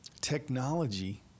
technology